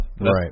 Right